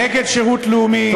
נגד שירות לאומי,